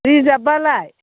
reserve बालाय